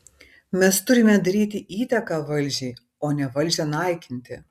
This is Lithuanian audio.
mes turime daryti įtaką valdžiai o ne valdžią naikinti